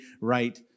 right